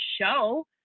show